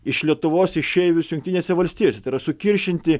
iš lietuvos išeivius jungtinėse valstijose tai yra sukiršinti